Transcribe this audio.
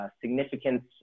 significance